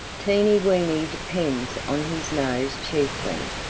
teeny weeny depends on his nose chiefly.